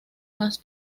más